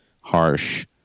harsh